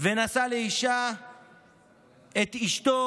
ונשא לאישה את אשתו,